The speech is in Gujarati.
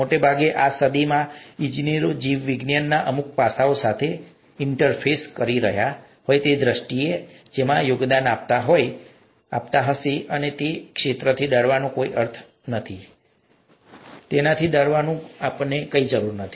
મોટે ભાગે આ સદીમાં ઇજનેરો જીવવિજ્ઞાનના અમુક પાસાઓ સાથે ઇન્ટરફેસ કરી રહ્યા હોય તે ક્ષેત્રની દ્રષ્ટિએ તેઓ જેમાં યોગદાન આપતા હશે અને તે ક્ષેત્રથી ડરવાનો કોઈ અર્થ નથી અને તેનાથી ડરવાનું કંઈ નથી